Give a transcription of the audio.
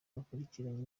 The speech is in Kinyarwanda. bakurikiranye